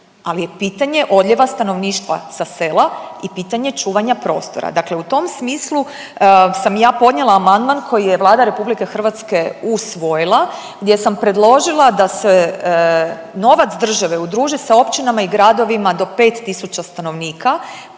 ali je pitanje odljeva stanovništva sa sela i pitanje čuvanja prostora, dakle u tom smislu sam ja podnijela amandman koji je Vlada RH usvojila, gdje sam predložila da se novac države udruži sa općinama i gradovima do 5 tisuća stanovnika